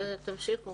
תמשיכו.